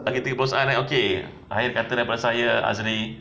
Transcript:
lagi tiga puluh saat eh okay akhir kata kepada saya azri